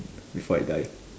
before I die